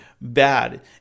bad